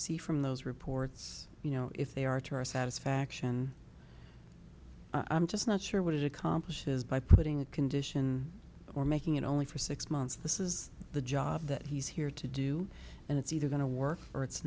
see from those reports you know if they are to our satisfaction i'm just not sure what it accomplishes by putting a condition or making it only for six months this is the job that he's here to do and it's either going to work or it's